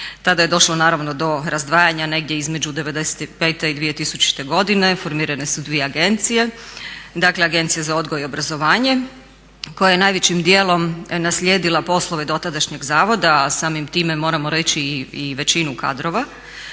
Tada je došlo naravno do razdvajanja negdje između '95. i 2000. godine, formirane su dvije agencije. Dakle, Agencija za Odgoj i obrazovanje koja je najvećim dijelom naslijedila poslove dotadašnjeg zavoda, a samim time moramo reći i većinu kadrova